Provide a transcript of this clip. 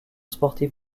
sportif